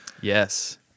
Yes